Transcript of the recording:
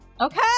Okay